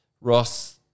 Ross